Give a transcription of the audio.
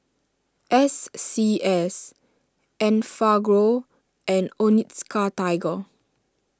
S C S Enfagrow and Onitsuka Tiger